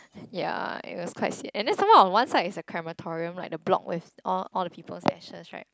ya and it was quite sia~ and then some more on one side is a crematorium like the block was all all the people's ashes right